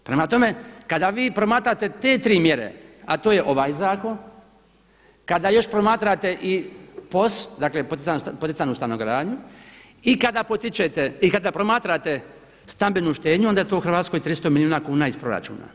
Prema tome, kada vi promatrate te tri mjere a to je ovaj zakon, kada još promatrate i POS, dakle poticanu stanogradnju i kada promatrate stambenu štednju onda je to u Hrvatskoj 300 milijuna kuna iz proračuna.